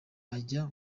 ajya